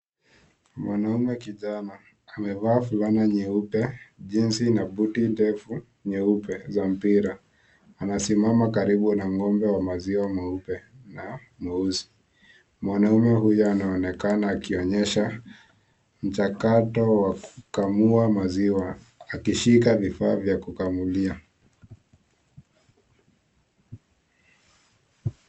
Mwanamume kijana amevaa fulana nyeupe, jeans na buti ndefu nyeupe za mpira. Anasimama karibu na ng'ombe wa maziwa mweupe na mweusi. Mwanaume huyo anaonekana akionyesha mchakato wa kukamua maziwa akishika vifaa vya kukamulia.